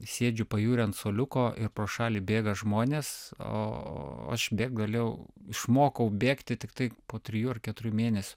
sėdžiu pajūry ant suoliuko ir pro šalį bėga žmonės o aš begt galėjau išmokau bėgti tiktai po trijų ar keturių mėnesių